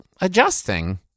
adjusting